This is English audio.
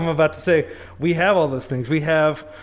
i'm about to say we have all those things. we have,